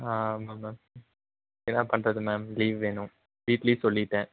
ஆ ஆமாம் மேம் என்ன பண்ணுறது மேம் லீவ் வேணும் வீட்லையும் சொல்லிவிட்டேன்